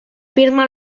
firma